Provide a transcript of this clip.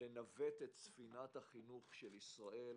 לנווט את ספינת החינוך של ישראל